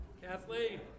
Kathleen